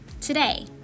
today